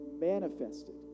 manifested